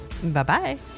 Bye-bye